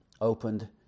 opened